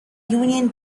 union